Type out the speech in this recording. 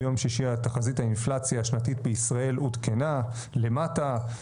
ביום שישי תחזית האינפלציה השנתית בישראל עודכנה למטה,